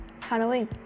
Halloween